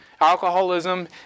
alcoholism